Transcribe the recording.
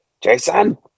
Jason